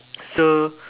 so